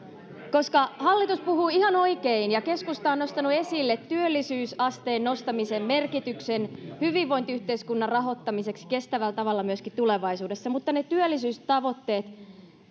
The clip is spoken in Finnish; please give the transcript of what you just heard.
koska hallitus puhuu ihan oikein ja keskusta on nostanut esille työllisyysasteen nostamisen merkityksen hyvinvointiyhteiskunnan rahoittamiseksi kestävällä tavalla myöskin tulevaisuudessa mutta ne työllisyystavoitteet